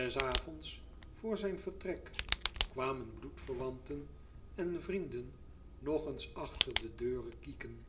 es avonds vr zijn vertrek kwamen bloedverwanten en vrienden nog eens achter de deure kieken